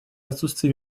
отсутствие